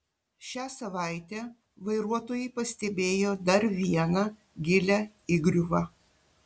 šią savaitę vairuotojai pastebėjo dar vieną gilią įgriuvą